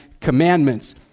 Commandments